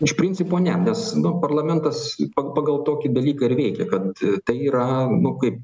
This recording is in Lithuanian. iš principo ne nes nu parlamentas pagal tokį dalyką ir veikia kad tai yra nu kaip